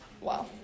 Wow